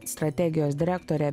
strategijos direktorė